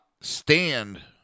stand